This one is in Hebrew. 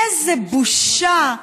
איזו בושה.